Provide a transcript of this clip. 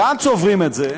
לאן צוברים את זה?